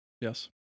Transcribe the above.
Yes